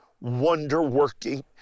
wonder-working